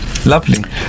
Lovely